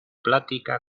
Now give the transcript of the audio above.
plática